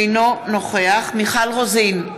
אינו נוכח מיכל רוזין,